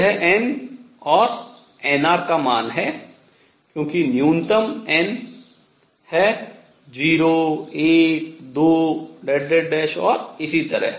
यह n और nr का मान है क्योंकि न्यूनतम n है 0 1 2 और इसी तरह